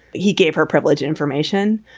he gave her privileged information.